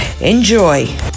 Enjoy